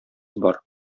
бар